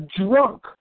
drunk